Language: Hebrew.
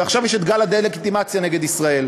ועכשיו יש גל הדה-לגיטימציה נגד ישראל.